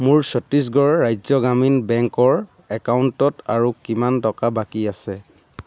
মোৰ ছত্তীশগড় ৰাজ্য গ্ৰামীণ বেংকৰ একাউণ্টত আৰু কিমান টকা বাকী আছে